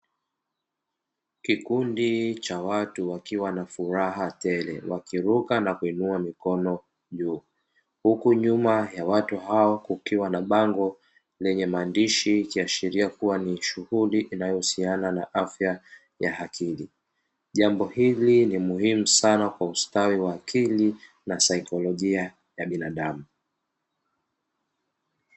Kikundi cha watu wakiwa na furaha tele wakiruka na kuinua mikono juu, huku nyuma ya watu hao kukiwa na bango lenye maandishi ikiashiria kuwa ni shughuli inayohusiana na afya ya akili. Jambo hili ni muhimu sana kwa ustawi wa akili na saikolojia ya binadamu.